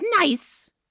nice